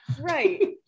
Right